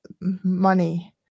money